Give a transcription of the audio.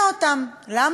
כי לא היה כתוב בו כלום.